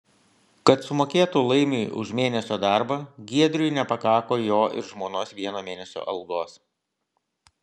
kad sumokėtų laimiui už mėnesio darbą giedriui nepakako jo ir žmonos vieno mėnesio algos